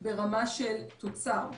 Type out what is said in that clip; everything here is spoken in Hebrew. ברמה של תוצר.